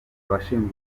abashinzwe